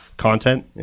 content